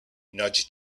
nudge